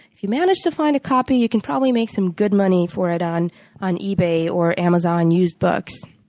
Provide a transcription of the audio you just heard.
if you manage to find a copy, you could probably make some good money for it on on ebay or amazon used books.